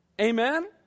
Amen